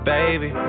Baby